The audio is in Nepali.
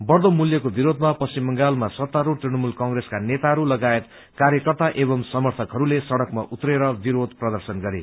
बढ़दो मूल्यको विरोधमा पश्चिम बंगालमा सत्तारूढ तृणमूल कंग्रेसका नेताहरू लगायत कार्यकर्ता एवं समर्थकहरूले सड़कमा उत्रेर विरोध प्रदर्शन गरे